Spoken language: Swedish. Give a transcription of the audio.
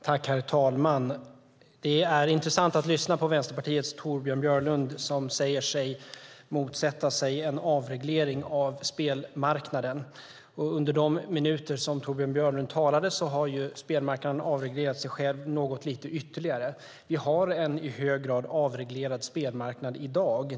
Herr talman! Det är intressant att lyssna på Vänsterpartiets Torbjörn Björlund som säger sig motsätta sig en avreglering av spelmarknaden. Under de minuter som Torbjörn Björlund talade har spelmarknaden avreglerat sig själv ytterligare. Vi har en i hög grad avreglerad spelmarknad i dag.